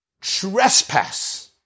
trespass